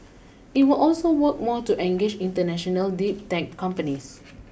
it will also work more to engage international deep tech companies